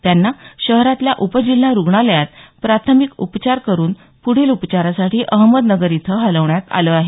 त्यांना शहरातल्या उपजिल्हा रुग्णालयात प्राथमिक उपचार करून पुढील उपचारासाठी अहमदनगर इथं हलवण्यात आलं आहे